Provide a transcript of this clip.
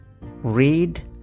Read